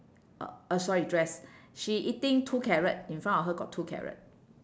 uh uh sorry dress she eating two carrot in front of her got two carrot